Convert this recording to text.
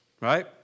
right